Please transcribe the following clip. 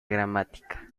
gramática